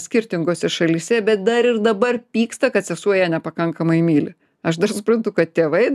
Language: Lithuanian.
skirtingose šalyse bet dar ir dabar pyksta kad sesuo ją nepakankamai myli aš dar suprantu kad tėvai